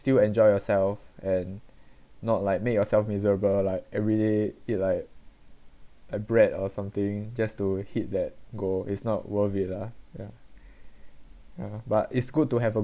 still enjoy yourself and not like make yourself miserable like everyday eat like a bread or something just to hit that goal it's not worth it lah yeah yeah but it's good to have a